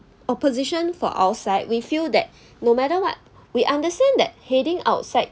opposition for outside we feel that no matter what we understand that heading outside